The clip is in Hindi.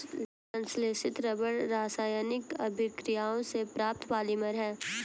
संश्लेषित रबर रासायनिक अभिक्रियाओं से प्राप्त पॉलिमर है